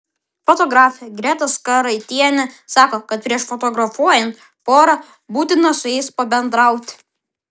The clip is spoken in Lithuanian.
fotografė greta skaraitienė sako kad prieš fotografuojant porą būtina su jais pabendrauti